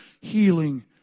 Healing